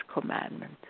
commandment